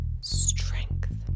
Strength